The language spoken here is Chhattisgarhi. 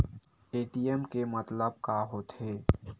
ए.टी.एम के मतलब का होथे?